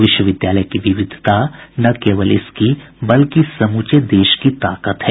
विश्वविद्यालय की विविधता न केवल इसकी बल्कि समूचे राष्ट्र की ताकत है